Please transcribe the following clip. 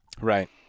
Right